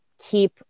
keep